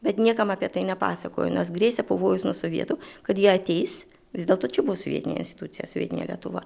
bet niekam apie tai nepasakojo nes grėsė pavojus nuo sovietų kad jie ateis vis dėlto čia buvo sovietinė institucija sovietinė lietuva